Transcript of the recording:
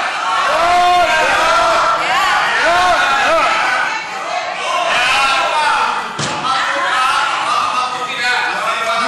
ההצעה להעביר את הנושא לוועדה שתקבע ועדת הכנסת נתקבלה.